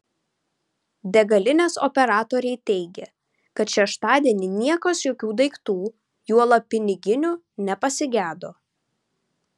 degalinės operatoriai teigė kad šeštadienį niekas jokių daiktų juolab piniginių nepasigedo